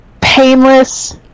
painless